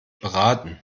beraten